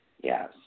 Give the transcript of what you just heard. Yes